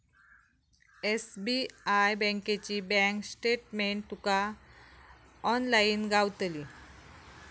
SBI बँकेची bank statement तुका online गावतली